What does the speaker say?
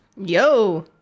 Yo